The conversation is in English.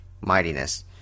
mightiness